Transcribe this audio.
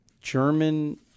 German